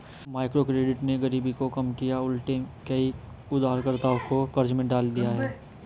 microcredit ने गरीबी को कम नहीं किया उलटे कई उधारकर्ताओं को कर्ज में डाल दिया है